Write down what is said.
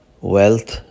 Wealth